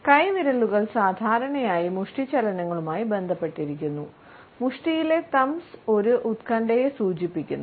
കൈവിരലുകൾ സാധാരണയായി മുഷ്ടി ചലനങ്ങളുമായി ബന്ധപ്പെട്ടിരിക്കുന്നു മുഷ്ടിയിലെ തംബ്സ് ഒരു ഉത്കണ്ഠയെ സൂചിപ്പിക്കുന്നു